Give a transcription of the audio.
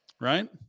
Right